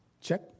Check